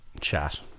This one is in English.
Chat